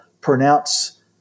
pronounce